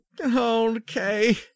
okay